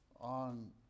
on